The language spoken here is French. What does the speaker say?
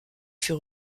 fut